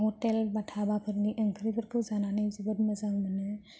hotel dhaba फोरनि ओंख्रिखौ जानानै जोबोद मोजां मोनो